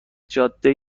جاده